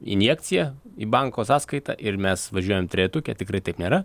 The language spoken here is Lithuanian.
injekcija į banko sąskaitą ir mes važiuojam trejetuke tikrai taip nėra